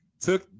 took